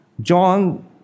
John